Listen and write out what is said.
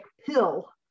pill